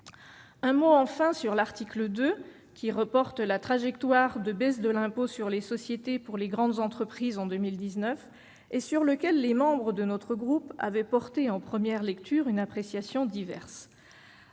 un mot sur l'article 2, qui prévoit le report de la trajectoire de baisse de l'impôt sur les sociétés pour les grandes entreprises en 2019, sur lequel les membres de mon groupe avaient porté en première lecture des appréciations diverses.